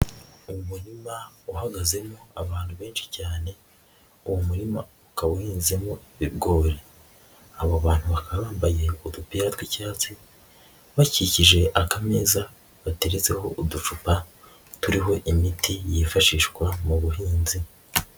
Umurima uhagazemo abantu benshi cyane, uwo murima ukaba uhinzemo ibigori, abo bantu bakaba bambaye udupira tw'icyatsi bakikije akamezaza gateretseho uducupa turiho imiti yifashishwa mu buhinzi.